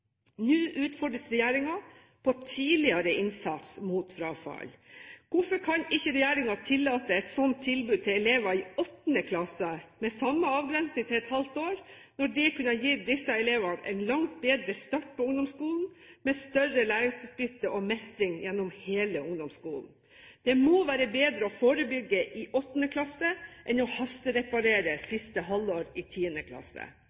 Nå utfordres regjeringen på tidligere innsats mot frafall. Hvorfor kan ikke regjeringen tillate et sånt tilbud til elevene i 8. klasse, med samme avgrensing til et halvt år, når det kunne gitt disse elevene en langt bedre start på ungdomsskolen med større læringsutbytte og mestring gjennom hele ungdomsskolen? Det må være bedre å forebygge i 8. klasse enn å hastereparere i siste halvår i 10. klasse.